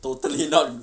totally not